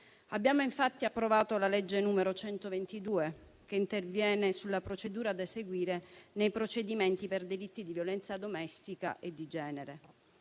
Abbiamo infatti approvato la legge n. 122 del 2023, che interviene sulla procedura da seguire nei procedimenti per delitti di violenza domestica e di genere.